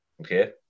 okay